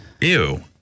Ew